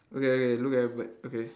okay okay look at the bird okay